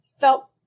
felt